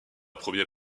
premier